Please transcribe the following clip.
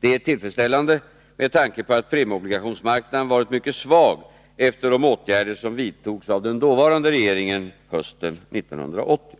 Detta är tillfredsställande med tanke på att premieobligationsmarknaden varit mycket svag efter de åtgärder som vidtogs av den dåvarande regeringen hösten 1980.